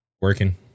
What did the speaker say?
Working